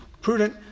prudent